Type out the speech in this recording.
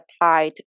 applied